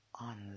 on